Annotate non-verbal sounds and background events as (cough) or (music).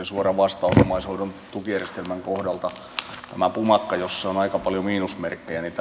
(unintelligible) suora vastaus omaishoidon tukijärjestelmän kohdalta tästä pumakasta jossa on aika paljon miinusmerkkejä